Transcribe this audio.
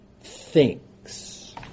thinks